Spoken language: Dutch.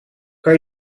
kan